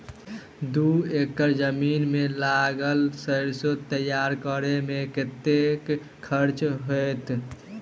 दू एकड़ जमीन मे लागल सैरसो तैयार करै मे कतेक खर्च हेतै?